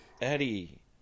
Eddie